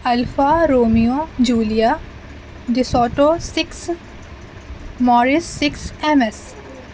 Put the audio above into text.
Alfa romeo julia desoto six morris six M S